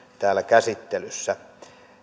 täällä käsittelyssä